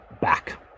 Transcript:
back